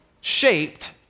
shaped